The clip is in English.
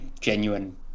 genuine